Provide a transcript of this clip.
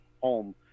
home